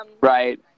right